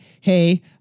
hey